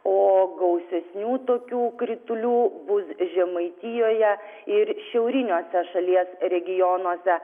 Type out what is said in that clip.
o gausesnių tokių kritulių bus žemaitijoje ir šiauriniuose šalies regionuose